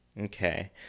Okay